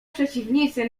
przeciwnicy